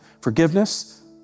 forgiveness